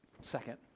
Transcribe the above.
Second